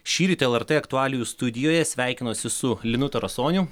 šįryt lrt aktualijų studijoje sveikinuosi su linu tarasoniu